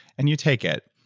and you take it.